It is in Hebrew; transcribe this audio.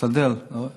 אשתדל.